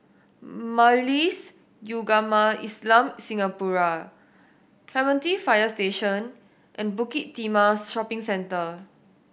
Majlis Ugama Islam Singapura Clementi Fire Station and Bukit Timah Shopping Centre